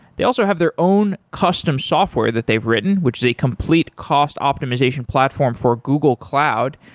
they also have their own custom software that they've written, which is a complete cost optimization platform for google cloud,